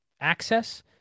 access